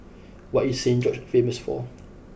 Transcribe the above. what is Saint George's famous for